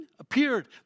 appeared